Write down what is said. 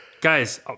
Guys